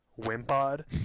Wimpod